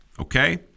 Okay